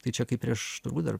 tai čia kaip prieš turbūt dar